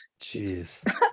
jeez